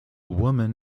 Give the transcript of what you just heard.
woman